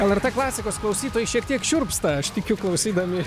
lrt klasikos klausytojai šiek tiek šiurpsta aš tikiu klausydami